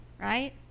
right